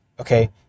Okay